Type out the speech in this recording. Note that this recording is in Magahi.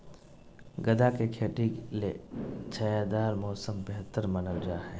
गदा के खेती ले छायादार मौसम बेहतर मानल जा हय